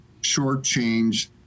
shortchange